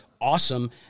awesome